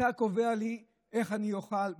אתה קובע לי איך אני אוכל,